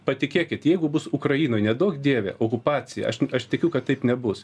patikėkit jeigu bus ukrainoj neduok dieve okupacija aš aš tikiu kad taip nebus